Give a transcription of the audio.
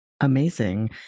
Amazing